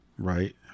Right